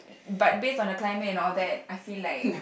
but based on the climate and all that I feel like